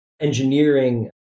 engineering